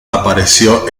apareció